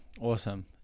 Awesome